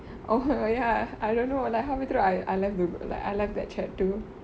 oh ya I don't know like halfway through I I left the group like I left that chat too